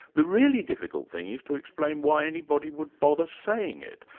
the really difficult thing is to explain why anybody would bother saying it.